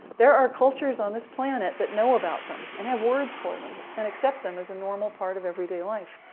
there are cultures on this planet that know about them, and have words for them, and accept them as a normal part of everyday life.